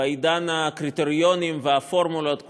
שבעידן הקריטריונים והפורמולות,